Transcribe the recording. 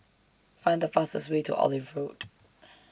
Find The fastest Way to Olive Road